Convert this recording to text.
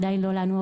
לא לנו,